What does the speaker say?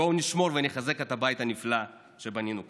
בואו נשמור ונחזק את הבית הנפלא שבנינו כאן.